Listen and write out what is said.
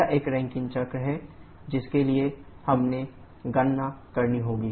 यह एक रैंकिन चक्र है जिसके लिए हमें गणना करनी होगी